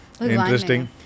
Interesting